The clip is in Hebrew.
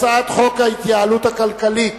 הצעת חוק ההתייעלות הכלכלית